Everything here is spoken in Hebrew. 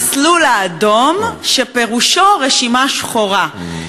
המסלול האדום, שפירושו רשימה שחורה.